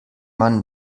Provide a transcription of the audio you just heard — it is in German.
man